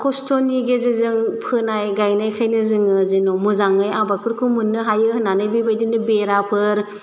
खस्थ'नि गेजेरजों फोनाय गायनायखायनो जोङो जेन' मोजाङै आबादफोरखौ मोननो हायो होन्नानै बेबायदिनो बेराफोर